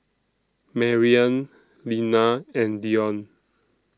Mariann Linna and Dion